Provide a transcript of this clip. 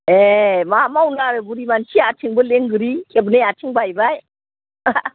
ए मा मावनो आरो बुरि मानसिया आथिंबो लेंग्रि खेबनै आथिं बायबाय